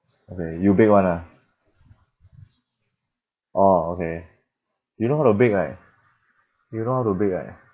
okay you bake one ah orh okay you know how to bake right you know how to bake right